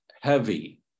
heavy